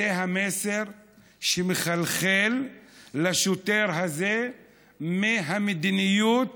זה מסר שמחלחל לשוטר הזה מהמדיניות